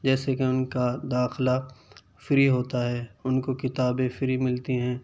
جیسے کہ ان کا داخلہ فری ہوتا ہے ان کو کتابیں فری ملتی ہیں